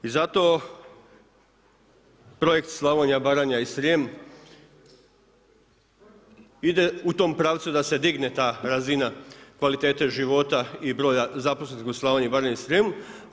I zato projekt Slavonija, Baranja i Srijem ide u tom pravcu da se digne ta razina kvalitete života i broja zaposlenih u Slavoniji, Baranji i Srijemu.